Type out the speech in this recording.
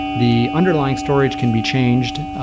the underlying storage can be changed,